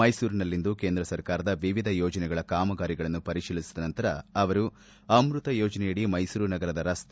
ಮೈಸೂರಿನಲ್ಲಿಂದು ಕೇಂದ್ರ ಸರ್ಕಾರದ ವಿವಿಧ ಯೋಜನೆಗಳ ಕಾಮಗಾರಿಗಳನ್ನು ಪರಿಶೀಲಿಸಿದ ನಂತರ ಅವರು ಅಮ್ಬತ ಯೋಜನೆಯಡಿ ಮೈಸೂರು ನಗರದ ರಸ್ತೆ